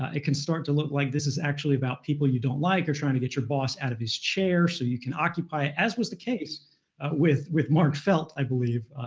ah it can start to look like this is actually about people you don't like, or trying to get your boss out of his chair so you can occupy it, as was the case with with mark felt, i believe,